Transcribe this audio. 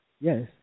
Yes